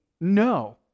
no